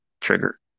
trigger